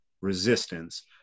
resistance